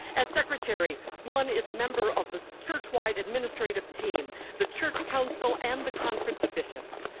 as secretary, one is a member of the churchwide administrative team, the church council, and the conference of bishops.